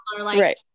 right